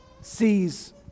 sees